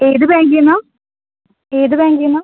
ഏത് ബാങ്കിൽ നിന്നാണ് ഏത് ബാങ്കിൽ നിന്നാണ്